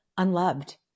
unloved